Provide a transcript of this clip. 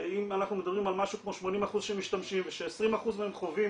אם אנחנו מדברים על משהו כמו 80% שמשתמשים וש-20% מהם חווים